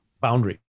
boundary